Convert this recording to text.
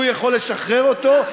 והוא יכול לשחרר אותו,